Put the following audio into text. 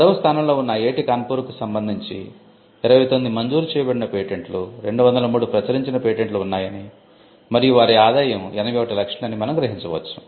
10 వ స్థానంలో ఉన్న ఐఐటి కాన్పూర్ కు సంబంధించి 29 మంజూరు చేయబడిన పేటెంట్లు 203 ప్రచురించిన పేటెంట్లు ఉన్నాయని మరియు వారి ఆదాయo 81 లక్షలు అని మనం గ్రహించవచ్చు